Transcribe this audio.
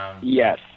Yes